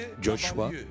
Joshua